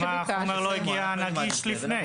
למה החומר לא הגיע נגיש לפני?